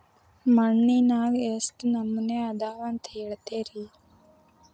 ಮಣ್ಣಿನಾಗ ಎಷ್ಟು ನಮೂನೆ ಅದಾವ ರಿ?